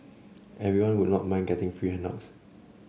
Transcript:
everyone would not mind getting free handouts